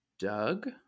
Doug